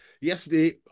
Yesterday